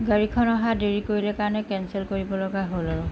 গাড়ীখন অহা দেৰি কৰিলে কাৰণে কেনচেল কৰিব লগা হ'ল আৰু